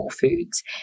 foods